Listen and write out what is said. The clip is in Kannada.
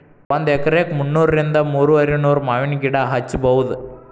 ಒಂದ ಎಕರೆಕ ಮುನ್ನೂರಿಂದ ಮೂರುವರಿನೂರ ಮಾವಿನ ಗಿಡಾ ಹಚ್ಚಬೌದ